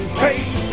take